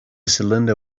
cylinder